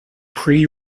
pre